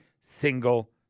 single